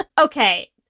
okay